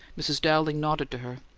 mrs. dowling nodded to her.